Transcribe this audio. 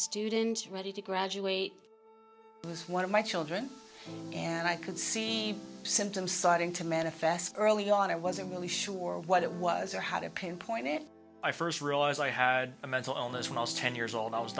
students ready to graduate one of my children and i could see symptoms citing to manifest early on i wasn't really sure what it was or how to pinpoint it i first realized i had a mental illness was ten years old i was